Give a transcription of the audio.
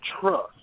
trust